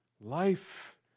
life